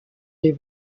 des